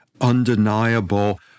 undeniable